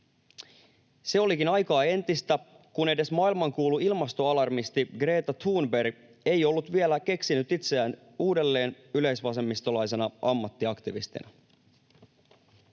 Se olikin aikaa entistä, kun edes maailmankuulu ilmastoalarmisti Greta Thunberg ei ollut vielä keksinyt itseään uudelleen yleisvasemmistolaisena ammattiaktivistina.